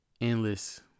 Endless